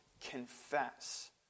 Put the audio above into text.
confess